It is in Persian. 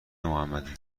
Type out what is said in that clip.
محمدی